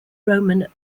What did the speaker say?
roman